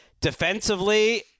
defensively